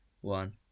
one